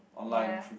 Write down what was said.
ya